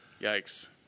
Yikes